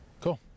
Cool